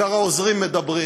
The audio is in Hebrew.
בעיקר העוזרים מדברים.